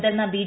മുതിർന്ന ബി